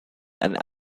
and